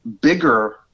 bigger